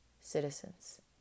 citizens